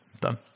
done